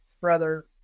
brother